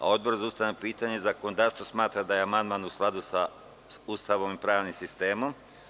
Odbor za ustavna pitanja i zakonodavstvo smatra da je amandman u skladu sa Ustavom i pravnim sistemom.